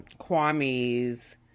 Kwame's